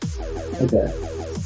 Okay